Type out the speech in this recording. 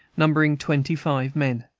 numbering twenty-five men.